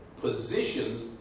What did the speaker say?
positions